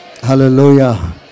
Hallelujah